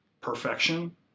perfection